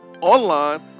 online